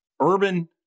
urban